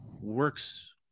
works